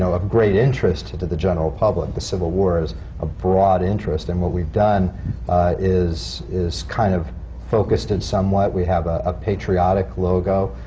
know, of great interest to the general public. the civil war is of broad interest. and what we've done is is kind of focused it somewhat. we have a patriotic logo,